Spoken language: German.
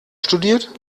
studiert